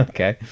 Okay